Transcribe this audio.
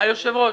היושב ראש,